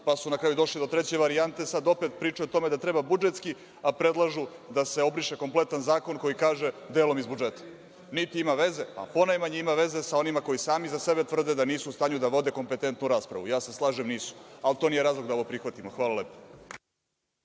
pa su na kraju došli do treće varijante i sad opet pričaju o tome da treba budžetski, a predlažu da se obriše kompletan zakon koji kaže – delom iz budžeta. Niti ima veze, a ponajmanje ima veze sa onima koji sami za sebe tvrde da nisu u stanju da vode kompetentnu raspravu. Ja se slažem, nisu, ali to nije razlog da ovo prihvatimo. Hvala lepo.